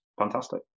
fantastic